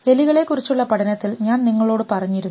എലികളെ കുറിച്ചുള്ള പഠനത്തിൽ ഞാൻ നിങ്ങളോട് ഇത് പറഞ്ഞിരുന്നു